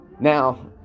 Now